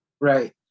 Right